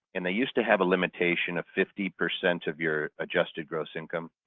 and they used to have a limitation of fifty percent of your adjusted gross income.